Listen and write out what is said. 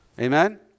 Amen